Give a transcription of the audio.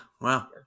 wow